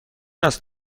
است